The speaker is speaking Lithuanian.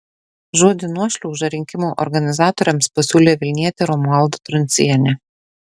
žodį nuošliauža rinkimų organizatoriams pasiūlė vilnietė romualda truncienė